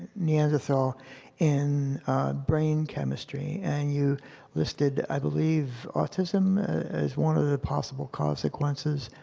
neanderthal in brain chemistry and you listed, i believe autism as one of the possible consequences